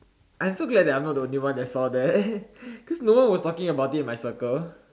I am so glad that I am not the only one that saw that cause no one was talking about that in my circle